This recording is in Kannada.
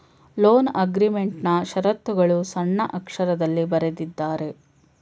ಲೋನ್ ಅಗ್ರೀಮೆಂಟ್ನಾ ಶರತ್ತುಗಳು ಸಣ್ಣಕ್ಷರದಲ್ಲಿ ಬರೆದಿದ್ದಾರೆ